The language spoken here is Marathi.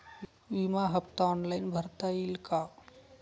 विमा हफ्ता ऑनलाईन भरता येईल का?